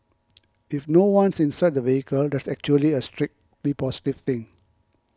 if no one's inside the vehicle that's actually a strictly positive thing